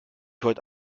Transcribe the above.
heute